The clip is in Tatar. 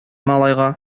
малайга